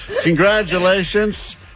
Congratulations